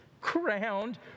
crowned